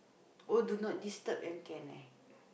oh do not disturb then can eh